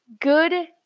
good